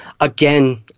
Again